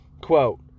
Quote